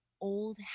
old